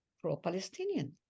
pro-Palestinian